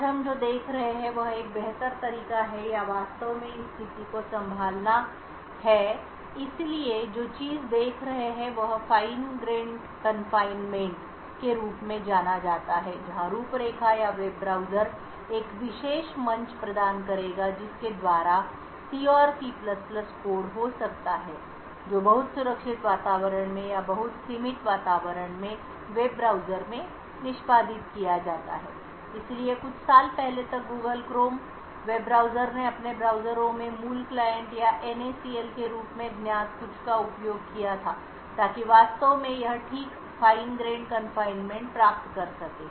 आज हम जो देख रहे हैं वह एक बेहतर तरीका है या वास्तव में इस स्थिति को संभालना है इसलिए जो चीज देख रहे हैं वह fine grained confinement fine grained confinement ललित दानेदार कारनामे के रूप में जाना जाता है जहां रूपरेखा या वेब ब्राउज़र एक विशेष मंच प्रदान करेगा जिसके द्वारा C और C कोड हो सकता है जो बहुत सुरक्षित वातावरण में या बहुत सीमित वातावरण में वेब ब्राउज़र में निष्पादित किया जाता है इसलिए कुछ साल पहले तक Google Chrome वेब ब्राउज़र ने अपने ब्राउज़रों में मूल क्लाइंट या NACL के रूप में ज्ञात कुछ का उपयोग किया था ताकि वास्तव में यह ठीक fine grained confinement प्राप्त कर सके